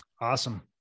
Awesome